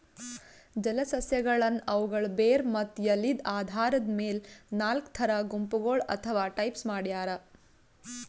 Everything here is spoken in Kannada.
ಜಲಸಸ್ಯಗಳನ್ನ್ ಅವುಗಳ್ ಬೇರ್ ಮತ್ತ್ ಎಲಿದ್ ಆಧಾರದ್ ಮೆಲ್ ನಾಲ್ಕ್ ಥರಾ ಗುಂಪಗೋಳ್ ಅಥವಾ ಟೈಪ್ಸ್ ಮಾಡ್ಯಾರ